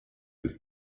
ist